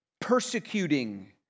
persecuting